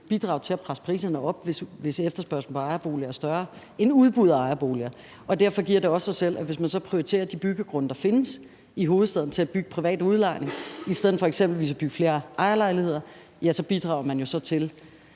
bidrage til at presse priserne op, hvis efterspørgslen på ejerboliger er større end udbuddet af ejerboliger. Derfor giver det også sig selv, at hvis man så prioriterer de byggegrunde, der findes i hovedstaden, til at bygge privat udlejning i stedet for eksempelvis at bygge flere ejerlejligheder, ja, så bidrager man jo til,